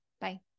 Bye